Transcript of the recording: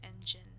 engine